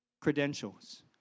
credentials